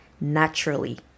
naturally